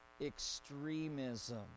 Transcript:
extremism